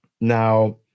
Now